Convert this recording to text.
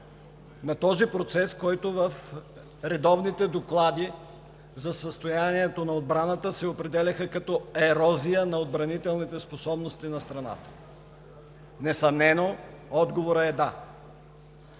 на този процес, който в редовните доклади за състоянието на отбраната се определяха като ерозия на отбранителните способности на страната? Несъмнено отговорът е „да“.